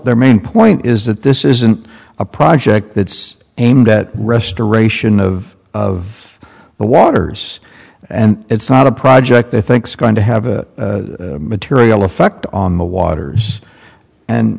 their main point is that this isn't a project that's aimed at restoration of of the waters and it's not a project i think's going to have a material effect on the